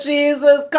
Jesus